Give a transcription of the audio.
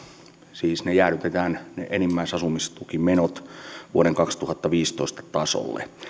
siis enimmäisasumistukimenot jäädytetään vuoden kaksituhattaviisitoista tasolle